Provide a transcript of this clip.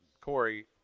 Corey